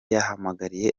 yahamagariye